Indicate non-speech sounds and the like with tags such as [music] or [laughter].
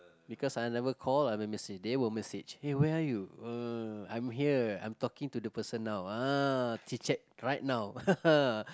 because I never call I will message they will message hey where are you uh I'm here I'm talking to the person now ah chit-chat right now [laughs]